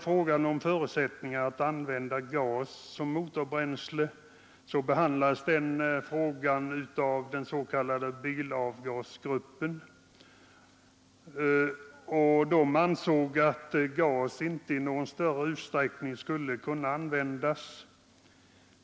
Frågan om förutsättningarna att använda gas som motorbränsle behandlades av den s.k. bilavgasgruppen. Den ansåg att gas inte i någon större utsträckning skulle kunna användas.